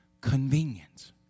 convenience